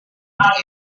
untuk